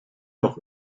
auch